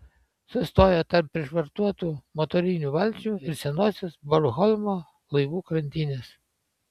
sustoja tarp prišvartuotų motorinių valčių ir senosios bornholmo laivų krantinės